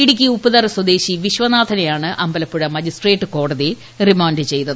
ഇടുക്കി ഉപ്പുതറ് സ്വദേശി വിശ്വനാഥനെയാണ് അമ്പലപ്പുഴ മജിസ്ട്രേറ്റ് കോടതി റിമാന്റ് ചെയ്തത്